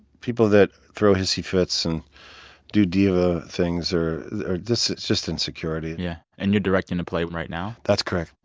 people that throw hissy fits and do diva things or or it's just insecurity and yeah and you're directing a play right now? that's correct.